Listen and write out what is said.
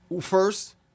first